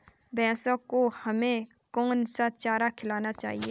भैंसों को हमें कौन सा चारा खिलाना चाहिए?